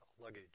luggage